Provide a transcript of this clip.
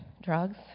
drugs